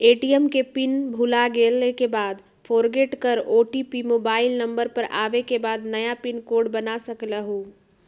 ATM के pin भुलागेल के बाद फोरगेट कर ओ.टी.पी मोबाइल नंबर पर आवे के बाद नया पिन कोड बना सकलहु ह?